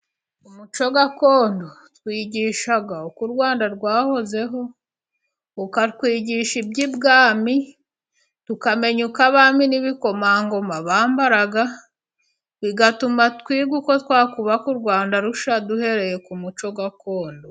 Umuco gakondo twigisha uko u Rwanda rwahozeho, ukatwigisha iby'ibwami tukamenya uko abami n'ibikomangoma bambaraga, bigatuma twiga uko twakubaka u Rwanda rushya duhereye ku muco gakondo.